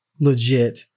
legit